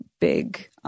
big –